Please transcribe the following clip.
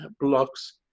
blocks